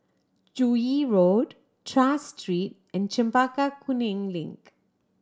Joo Yee Road Tras Street and Chempaka Kuning Link